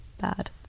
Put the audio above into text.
bad